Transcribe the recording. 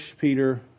Peter